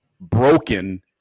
broken